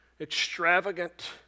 extravagant